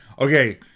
Okay